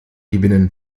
gewinnen